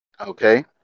Okay